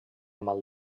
mal